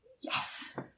Yes